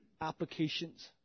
applications